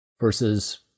versus